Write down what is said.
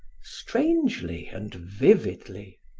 strangely and vividly.